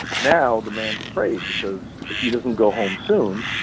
now the man's afraid because if he doesn't go home soon,